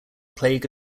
plague